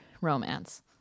romance